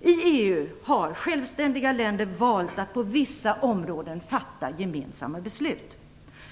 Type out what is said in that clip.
I EU har självständiga länder valt att på vissa områden fatta gemensamma beslut.